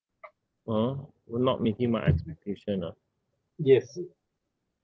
uh for not meeting my expectation ah